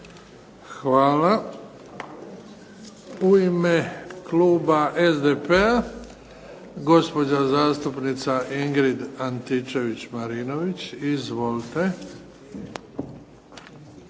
Hvala. U ime kluba SDP-a gospođa zastupnica Ingrid Antičević-Marinović, izvolite.